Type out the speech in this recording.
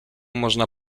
można